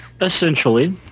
Essentially